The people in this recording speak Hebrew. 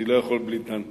אני לא יכול בלי דן שלום,